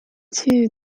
two